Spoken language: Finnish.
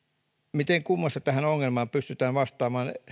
miten kummassa tähän ongelmaan pystytään vastaamaan